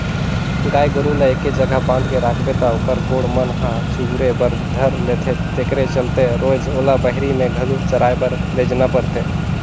गाय गोरु ल एके जघा बांध के रखबे त ओखर गोड़ मन ह चगुरे बर धर लेथे तेखरे चलते रोयज ओला बहिरे में घलो चराए बर लेजना परथे